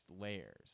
layers